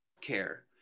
care